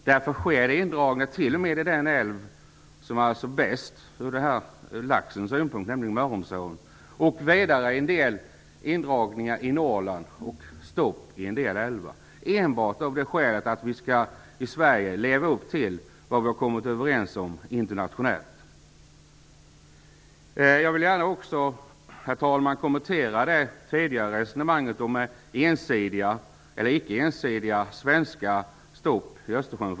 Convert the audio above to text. Därför sker det indragningar t.o.m. i den älv som är bäst från laxens synpunkt, nämligen Mörrumsån, och vidare en del indragningar i Norrland och stopp i en del älvar, enbart av det skälet att vi i Sverige skall leva upp till vad vi har kommit överens om internationellt. Jag vill också gärna, herr talman, kommentera det tidigare resonemanget om ensidiga svenska stopp för yrkesfiske i Östersjön.